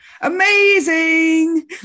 Amazing